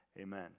amen